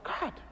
God